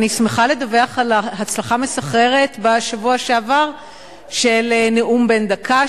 אני שמחה לדווח על הצלחה מסחררת בשבוע שעבר של נאום בן דקה.